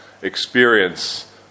experience